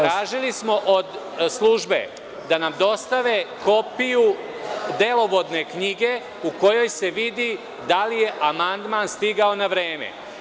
Tražili smo od službe da nam dostave kopiju delovodne knjige u kojoj se vidi da li je amandman stigao na vreme.